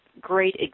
great